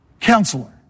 counselor